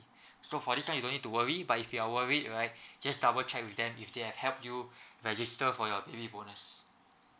so for this one you don't need to worry but if you are worried right just double check with them if they have helped you register for your baby bonus